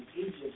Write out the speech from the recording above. Egypt